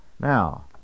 Now